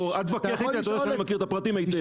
אל תתווכח איתי, אני מכיר את הפרטים היטב.